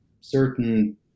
certain